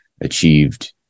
achieved